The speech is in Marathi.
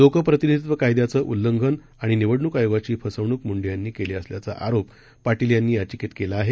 लोकप्रतिनिधित्वकायद्याचंउल्लंघनआणिनिवडणूकआयोगाचीफसवणूकमुंडेयांनीकेलीअसल्याचाआरोपपाटीलयांनीयाचिकेतकेलाआहे